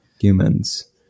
humans